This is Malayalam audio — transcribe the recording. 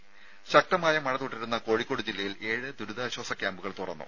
രുമ ശക്തമായ മഴ തുടരുന്ന കോഴിക്കോട് ജില്ലയിൽ ഏഴ് ദുരിതാശ്വാസ ക്യാമ്പുകൾ തുറന്നു